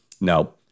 No